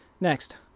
Next